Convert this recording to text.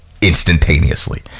instantaneously